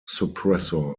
suppressor